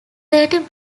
thirty